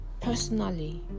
personally